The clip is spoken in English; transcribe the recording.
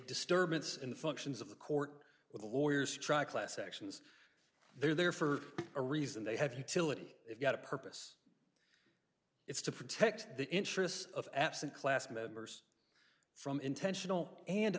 disturbance in the functions of the court with the lawyers try class actions they're there for a reason they have utility they've got a purpose it's to protect the interests of absent class members from intentional and